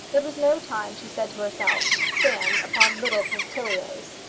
it was no time, she said to herself, to stand upon little punctilios.